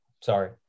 Sorry